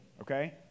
okay